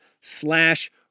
slash